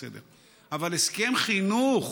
בסדר, אבל הסכם חינוך?